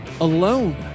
Alone